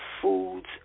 foods